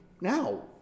now